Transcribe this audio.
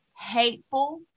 hateful